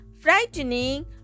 frightening